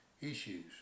issues